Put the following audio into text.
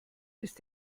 ist